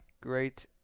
Great